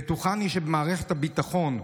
בטוחני שבמערכת הביטחון,